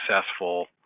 successful